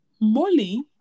Molly